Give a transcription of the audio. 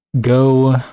go